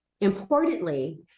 Importantly